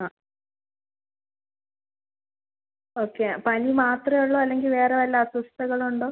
ആ ഓക്കെ പനി മാത്രമേ ഉള്ളോ അല്ലെങ്കിൽ വേറെ വല്ല അസ്വസ്ഥതകളുമുണ്ടോ